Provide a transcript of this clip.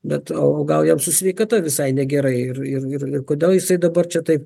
bet o o gal jam su sveikata visai negerai ir ir ir kodėl jisai dabar čia taip